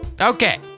Okay